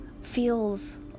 feels